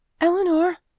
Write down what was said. eleanor!